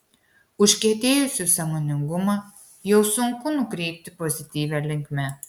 užkietėjusių sąmoningumą jau sunku nukreipti pozityvia linkme